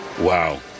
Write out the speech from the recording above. Wow